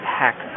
hack